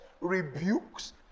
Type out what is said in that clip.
rebukes